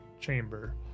chamber